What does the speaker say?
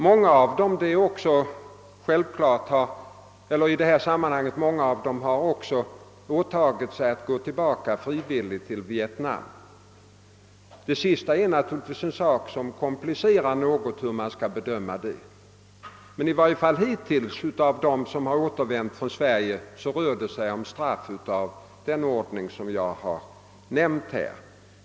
Många av dem har också frivilligt åtagit sig att gå tillbaka till Vietnam — det sista är naturligtvis en sak som komplicerar bedömningen något, men i varje fall för dem, som hittills har återvänt till Amerika, rör det sig om straff av den storleksordning jag har nämnt.